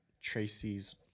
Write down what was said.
Tracy's